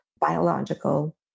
biological